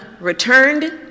returned